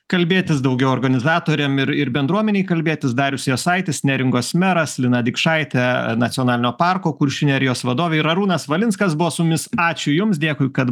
kalbėtis daugiau organizatoriam ir ir bendruomenei kalbėtis darius jasaitis neringos meras lina dikšaitė nacionalinio parko kuršių nerijos vadovė ir arūnas valinskas buvo su mumis ačiū jums dėkui kad